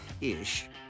ish